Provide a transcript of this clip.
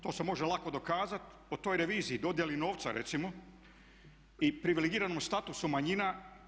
To se može lako dokazati, o toj reviziji, dodjeli novca recimo i privilegiranom statusu manjina.